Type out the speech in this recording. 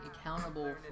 accountable